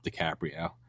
DiCaprio